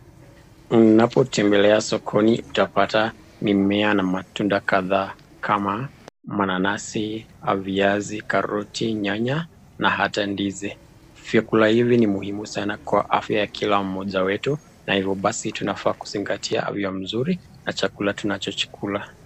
Unapotembelea sokoni utapata mimea na matunda kadhaa kama; mananasi, viazi, karoti, nyanya na hata ndizi. Vyakula hivi ni muhimu sana kwa afya ya kila mmoja wetu na hivyo basi tunafaa kuzingatia afya mzuri na chakula tunachokikula.